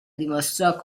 dimostrò